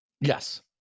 Yes